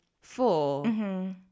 Four